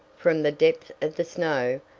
from the depth of the snow,